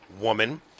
woman